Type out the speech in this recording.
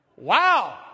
Wow